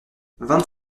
vingt